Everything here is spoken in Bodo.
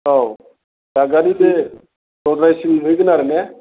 औ दादगारि बे लद्रायसिम नुहैगोन आरो ने